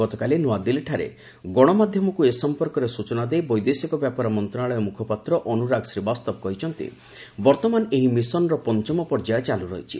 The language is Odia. ଗତକାଲି ନୂଆଦିଲ୍ଲୀଠାରେ ଗଣମାଧ୍ୟମକୁ ଏ ସଂପର୍କରେ ସୂଚନା ଦେଇ ବୈଦେଶିକ ବ୍ୟାପାର ମନ୍ତ୍ରଣାଳୟ ମୁଖପାତ୍ର ଅନୁରାଗ ଶ୍ରୀବାସ୍ତବ କହିଛନ୍ତି ବର୍ତ୍ତମାନ ଏହି ମିଶନର ପଞ୍ଚମ ପର୍ଯ୍ୟାୟ ଚାଲୁ ରହିଛି